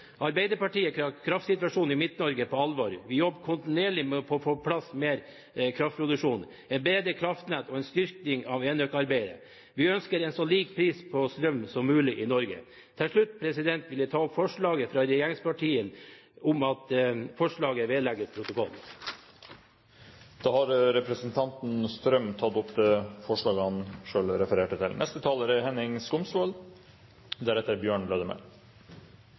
Arbeiderpartiet tar kraftsituasjonen i Midt-Norge veldig alvorlig. Vi jobber kontinuerlig med å få på plass mer kraftproduksjon, et bedre kraftnett og en styrking av enøkarbeidet. Vi ønsker en så lik pris på strøm som mulig i hele Norge. Til slutt vil jeg ta opp forslaget fra regjeringspartiene om at forslaget vedlegges protokollen. Representanten Tor-Arne Strøm har da tatt opp det forslag han refererte til. Kalde vintre og lite vann i magasinene har resultert i at kraftsituasjonen særlig i Midt-Norge er